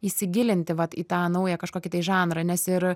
įsigilinti vat į tą naują kažkokį tai žanrą nes ir